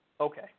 Okay